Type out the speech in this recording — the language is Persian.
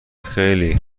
خیلی